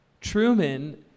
Truman